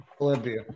Olympia